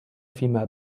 فيما